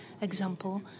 example